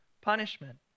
punishment